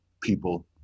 people